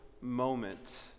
moment